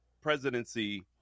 presidency